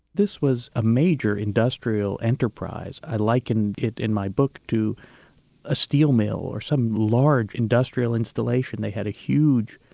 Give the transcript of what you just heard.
this was a major industrial enterprise. i liken it in my book to a steel mill or some large industrial installation that had a huge